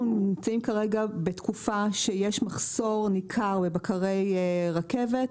אנחנו נמצאים כרגע בתקופה שיש מחסור ניכר בבקרי רכבת,